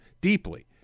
deeply